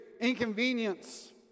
inconvenience